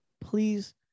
please